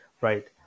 right